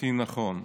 הכי נכון.